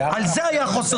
על זה היה חוסר